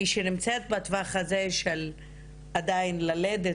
מי שנמצאת בטווח הזה של עדיין ללדת